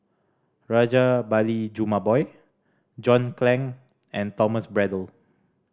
Rajabali Jumabhoy John Clang and Thomas Braddell